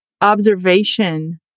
Observation